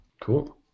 Cool